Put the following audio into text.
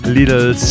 Little